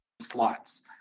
slots